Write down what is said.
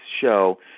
show